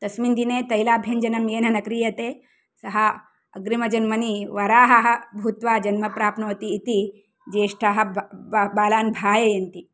तस्मिन् दिने तैलाभ्यञ्जनं येन न क्रियते सः अग्रिमजन्मनि वराहः भूत्वा जन्म प्राप्नोति इति ज्येष्ठाः बालान् भापयन्ति